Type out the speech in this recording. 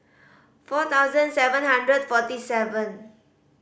four thousand seven hundred forty seven